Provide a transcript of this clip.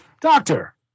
Doctor